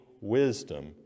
wisdom